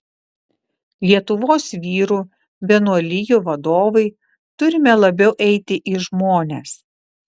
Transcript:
lietuvos vyrų vienuolijų vadovai turime labiau eiti į žmones